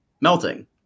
melting